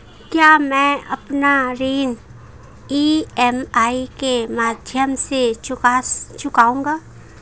क्या मैं अपना ऋण ई.एम.आई के माध्यम से चुकाऊंगा?